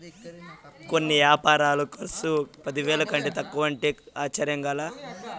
కొన్ని యాపారాల కర్సు పదివేల కంటే తక్కువంటే ఆశ్చర్యంగా లా